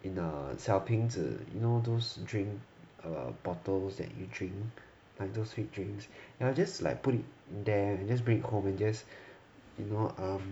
in a 小瓶子 you know those drink the bottles that you drink and those sweet drinks you will just like put it there you just bring it home and just you know um